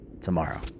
tomorrow